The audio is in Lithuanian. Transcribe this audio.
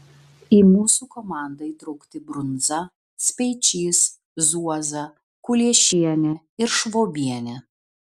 į mūsų komandą įtraukti brunza speičys zuoza kuliešienė ir švobienė